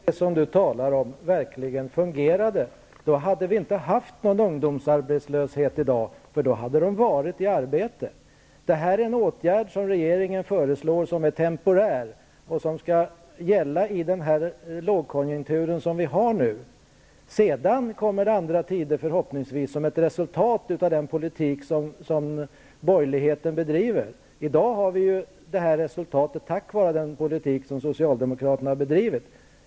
Herr talman! Om det som Martin Nilsson talar om verkligen fungerade, hade vi inte haft någon ungdomsarbetslöshet i dag, utan då hade ungdomarna varit i arbete. Det här är en åtgärd som regeringen föreslår som är temporär och som skall gälla i den lågkonjunktur som vi har nu. Sedan kommer andra tider, förhoppningsvis, som ett resultat av den politik som borgerligheten bedriver. I dag ser vi resultatet av den politik som socialdemokraterna har bedrivit.